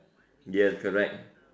yes correct